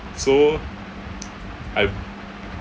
so I